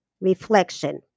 reflection